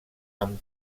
amb